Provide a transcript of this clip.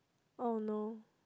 oh no